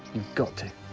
got to.